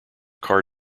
car